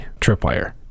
tripwire